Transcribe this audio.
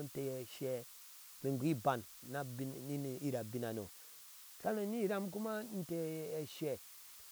Inte ashe ingoo iban ni uyir abinano tani ni iram kuma inte ashe